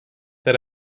that